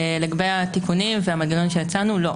לגבי התיקונים והמנגנונים שהצענו, לא.